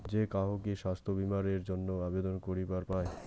যে কাহো কি স্বাস্থ্য বীমা এর জইন্যে আবেদন করিবার পায়?